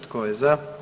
Tko je za?